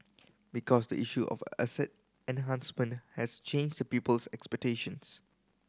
because the issue of asset enhancement has changed the people's expectations